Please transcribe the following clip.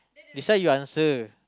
decide you answer